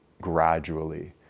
gradually